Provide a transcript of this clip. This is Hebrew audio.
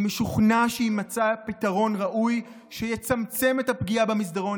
אני משוכנע שיימצא פתרון ראוי שיצמצם את הפגיעה במסדרון